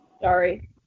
Sorry